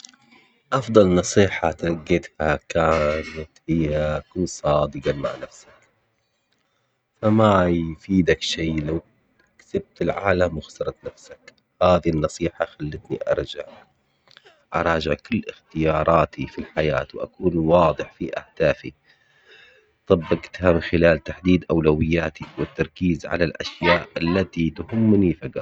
أفضل نصيحة تلقيتها كانت هي كن صادقاً مع نفسك فما يفيدك شي لو كسبت العالم وخسرت نفسك، هذي النصيحة خلتني أرجع أراجع كل اختياراتي في الحياة وأكون واضح في أهدافي، طبقتها من خلال تحديد أولوياتي والتركيز على الأشياء التي تهمني فقط.